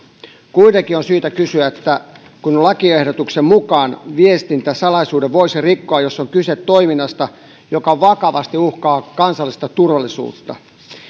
kuitenkin on syytä kysyä että kun lakiehdotuksen mukaan viestintäsalaisuuden voisi rikkoa jos on kyse toiminnasta joka vakavasti uhkaa kansallista turvallisuutta